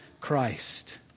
Christ